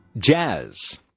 Jazz